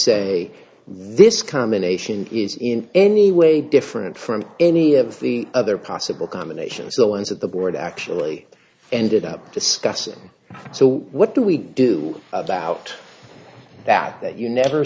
say this combination is in any way different from any of the other possible combinations the ones at the board actually ended up discussing so what do do we about that that you never